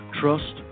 Trust